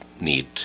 need